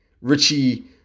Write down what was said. Richie